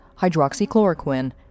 hydroxychloroquine